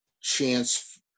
chance